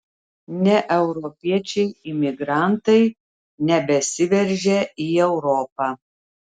ne europiečiai imigrantai nebesiveržia į europą